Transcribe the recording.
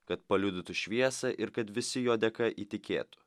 kad paliudytų šviesą ir kad visi jo dėka įtikėtų